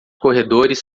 corredores